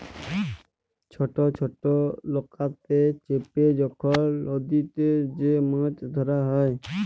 ছট ছট লকাতে চেপে যখল লদীতে যে মাছ ধ্যরা হ্যয়